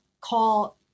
call